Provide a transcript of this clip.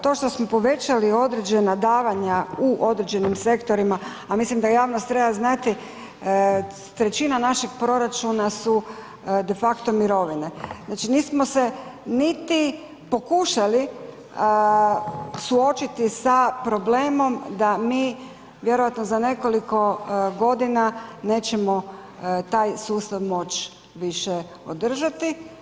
To što smo povećali određena davanja u određenim sektorima, a mislim da javnost treba znati trećina našeg proračuna su defacto mirovine, znači nismo se niti pokušali suočiti sa problemom da mi vjerojatno za nekoliko godina nećemo taj sustav moći više održati.